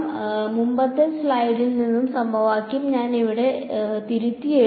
അതിനാൽ മുമ്പത്തെ സ്ലൈഡിൽ നിന്നുള്ള സമവാക്യം ഞാൻ ഇവിടെ തിരുത്തിയെഴുതി